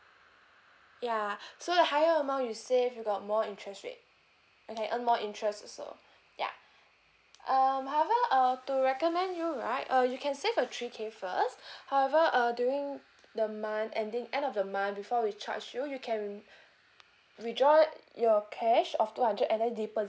ya so the higher amount you save you got more interest rate okay earn more interest so ya um however uh to recommend you right uh you can save a three K first however uh during the month ending end of the month before we charge you you can withdraw your cash of two hundred and then deposit